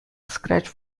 scratch